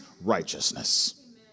righteousness